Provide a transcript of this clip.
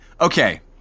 Okay